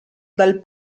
dal